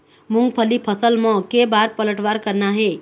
मूंगफली फसल म के बार पलटवार करना हे?